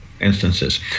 instances